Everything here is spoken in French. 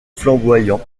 flamboyant